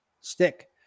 stick